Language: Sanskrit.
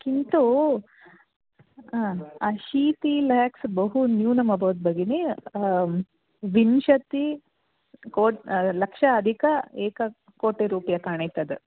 किन्तु अशीतिः लेक्स् बहु न्यूनम् अभवत् भगिनि विंशतिः कोट् लक्षम् अधिकम् एककोटिरूप्यकाणि तद्